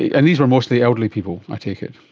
yeah and these were mostly elderly people, i take it?